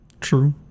True